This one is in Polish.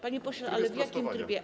Panie pośle, ale w jakim trybie?